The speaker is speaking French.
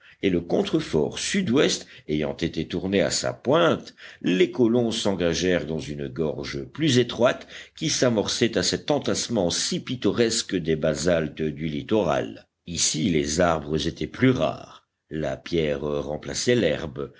et le contrefort sud-ouest ayant été tourné à sa pointe les colons s'engagèrent dans une gorge plus étroite qui s'amorçait à cet entassement si pittoresque des basaltes du littoral ici les arbres étaient plus rares la pierre remplaçait l'herbe